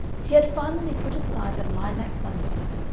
he had finally put aside the lilac sunbonnet,